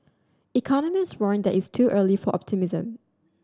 economist warned that it is too early for optimism